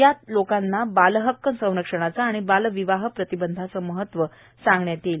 या मोहिमेत लोकांना बाल हक्क संरक्षणाचे आणि बालविवाह प्रतिबंधाचे महत्व सांगण्यात येत आहे